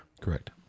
Correct